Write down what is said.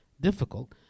difficult